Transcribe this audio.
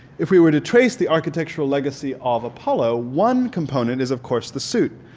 if we were to trace the architectural legacy of apollo one component is of course the suit.